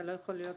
לא יכול להיות